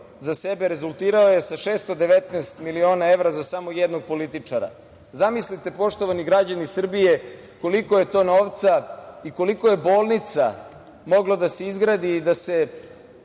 za sebe rezultirao je sa 619 miliona evra za samo jednog političara. Zamislite, poštovani građani Srbije, koliko je to novca i koliko je bolnica moglo da se izgradi i